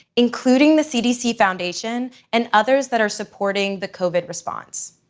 including the cdc foundation and others that are supporting the covid response.